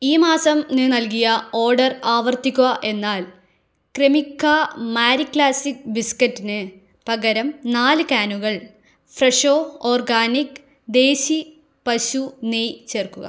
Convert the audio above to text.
ഈ മാസം നൽകിയ ഓർഡർ ആവർത്തിക്കുക എന്നാൽ ക്രെമിക്ക മാരി ക്ലാസിക് ബിസ്ക്കറ്റിന് പകരം നാല് കാനുകൾ ഫ്രെഷോ ഓർഗാനിക് ദേശി പശു നെയ്യ് ചേർക്കുക